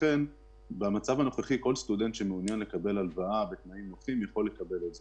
כל סטודנט שמעוניין לקבל הלוואה בתנאים נוחים יכול לקבל את זה.